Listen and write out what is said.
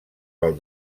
pel